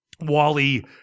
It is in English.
Wally